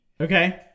okay